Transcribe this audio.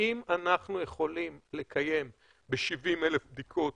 האם אנחנו יכולים לקיים ב-70,000 בדיקות